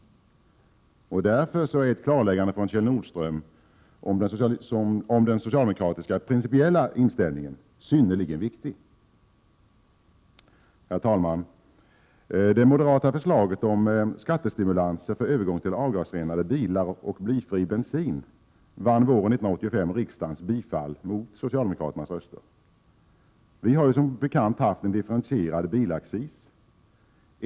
Ett klarläggande från Kjell Nordström om den socialdemokratiska principiella inställningen är därför synnerligen viktigt. Herr talman! Det moderata förslaget om skattestimulanser för övergång till avgasrenade bilar och blyfri bensin vann våren 1985 riksdagens bifall mot socialdemokraternas röster. Som bekant har bilaccisen varit differentierad.